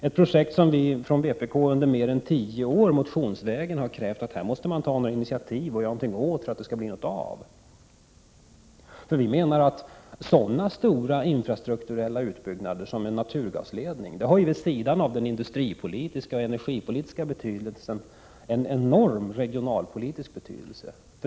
Det är ett projekt som vpk under mer än tio år motionsvägen har krävt att regeringen måste ta initiativ till och göra något åt för att det skall bli av. Sådana stora infrastrukturella utbyggnader som en naturgasledning har vid sidan av den industripolitiska och energipolitiska betydelsen en enorm regionalpolitisk betydelse.